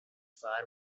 far